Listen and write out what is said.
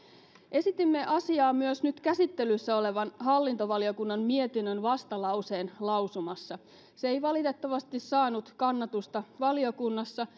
esitimme asiaa myös nyt käsittelyssä olevan hallintovaliokunnan mietinnön vastalauseen lausumassa se ei valitettavasti saanut kannatusta valiokunnassa